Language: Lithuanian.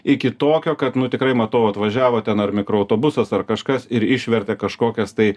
iki tokio kad nu tikrai matau atvažiavo ten ar mikroautobusas ar kažkas ir išvertė kažkokias tai